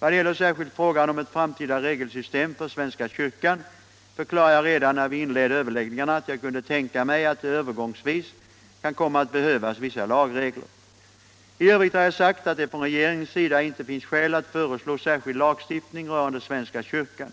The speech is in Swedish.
Vad gäller särskilt frågan om ett framtida regelsystem för svenska kyrkan förklarade jag redan när vi inledde överläggningarna att jag kunde tänka mig att det övergångsvis kan komma att behövas vissa lagregler. I övrigt har jag sagt, att det från regeringens sida inte finns skäl att föreslå särskild lagstiftning rörande svenska kyrkan.